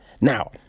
now